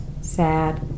sad